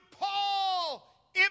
Paul